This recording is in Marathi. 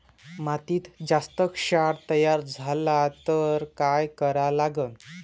मातीत जास्त क्षार तयार झाला तर काय करा लागन?